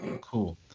Cool